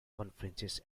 conferences